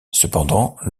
cependant